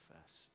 first